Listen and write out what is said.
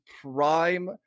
prime